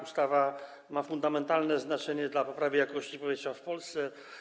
Ustawa ma fundamentalne znaczenie dla poprawy jakości powietrza w Polsce.